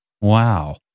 Wow